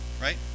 right